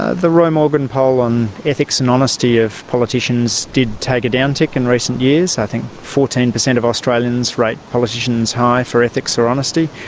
ah the roy morgan poll on ethics and honesty of politicians did take a down-tick in recent years. i think fourteen percent of australians rate politicians high for ethics or honesty.